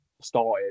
started